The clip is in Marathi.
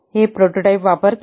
हे प्रोटोटाइप वापरते